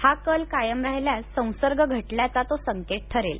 हा कल कायम राहिल्यास संसर्ग घटल्याचा तो संकेत ठरेल